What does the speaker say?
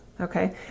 Okay